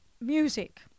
Music